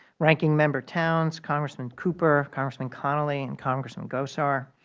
ranking member towns, congressman cooper, congressman connolly, and congressman gosar,